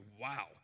wow